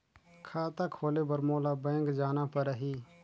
खाता खोले बर मोला बैंक जाना परही?